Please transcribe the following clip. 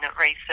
research